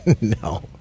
No